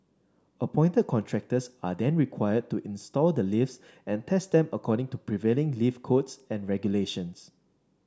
appointed contractors are then required to install the lifts and test them according to prevailing lift codes and regulations